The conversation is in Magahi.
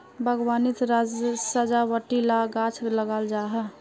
बाग्वानित सजावटी ला गाछ लगाल जाहा